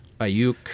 Ayuk